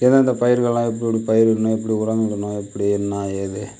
எந்தெந்தப் பயிர்களாம் எப்படி பயிரடணும் எப்படி உரம் இடணும் எப்படி என்னா ஏது